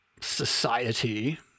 society